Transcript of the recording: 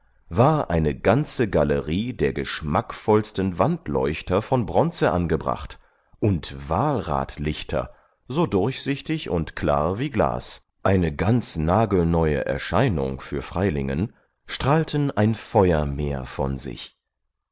war eine ganze galerie der geschmackvollsten wandleuchter von bronze angebracht und walratlichter so durchsichtig und klar wie glas eine ganz nagelneue erscheinung für freilingen strahlten ein feuermeer von sich